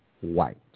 white